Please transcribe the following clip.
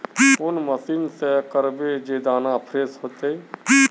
कौन मशीन से करबे जे दाना फ्रेस होते?